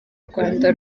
rwanda